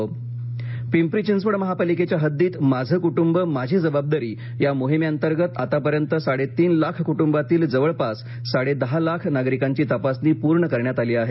पिंपरी चिंचवड पिंपरी चिंचवड महापालिकेच्या हद्दीत माझं कुटुंब माझी जबाबदारी या मोहिमेअंतर्गत आत्तापर्यंत साडेतीन लाख कुटुंबातील जवळपास साडे दहा लाख नागरिकांची तपासणी पूर्ण करण्यात आली आहे